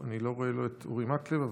אני לא רואה את אורי מקלב.